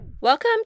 Welcome